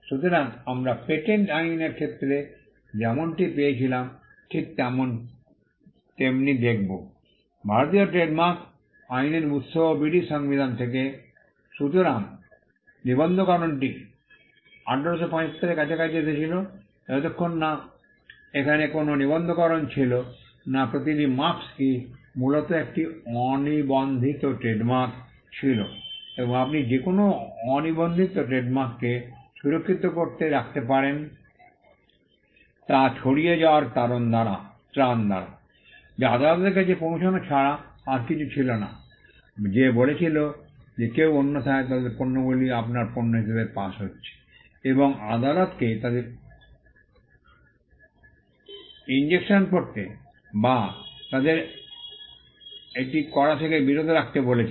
সুতরাং আমরা পেটেন্ট আইনের ক্ষেত্রে যেমনটি পেয়েছিলাম ঠিক তেমনি দেখব ভারতীয় ট্রেডমার্ক আইনের উত্সও ব্রিটিশ সংবিধান থেকে সুতরাং নিবন্ধকরণটি 1875 এর কাছাকাছি এসেছিল যতক্ষণ না এখানে কোনও নিবন্ধকরণ ছিল না প্রতিটি মার্ক্স্ ই মূলত একটি অনিবন্ধিত ট্রেডমার্ক ছিল এবং আপনি যে কোনও অনিবন্ধিত ট্রেডমার্ককে সুরক্ষিত রাখতে পারতেন তা ছাড়িয়ে যাওয়ার ত্রাণ দ্বারা যা আদালতের কাছে পৌঁছানো ছাড়া আর কিছুই ছিল না যে বলেছিল যে কেউ অন্যথায় তাদের পণ্যগুলি আপনার পণ্য হিসাবে পাস হচ্ছে এবং আদালতকে তাদের ইনজেকশন করতে বা তাদের এটি করা থেকে বিরত রাখতে বলছে